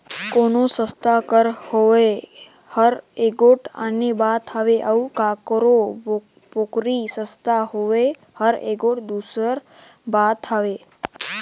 कोनो संस्था कर होवई हर एगोट आने बात हवे अउ काकरो पोगरी संस्था होवई हर एगोट दूसर बात हवे